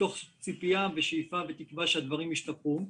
מתוך ציפייה ושאיפה ותקווה שהדברים ישתפרו.